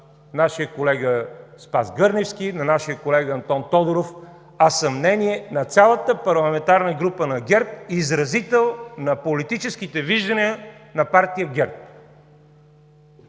на нашия колега Спас Гърневски и на нашия колега Антон Тодоров, а са мнение на цялата парламентарна група на ГЕРБ, изразител на политическите виждания на партия ГЕРБ.